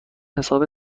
حساب